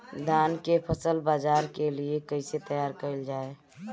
धान के फसल बाजार के लिए कईसे तैयार कइल जाए?